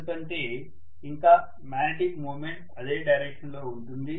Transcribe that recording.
ఎందుకంటే ఇంకా magnetic moment అదే డైరెక్షన్ లో ఉంటుంది